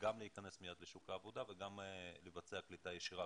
גם להיכנס מיד לשוק העבודה וגם לבצע קליטה ישירה,